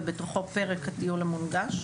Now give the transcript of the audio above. ובתוכו פרק הטיול המונגש,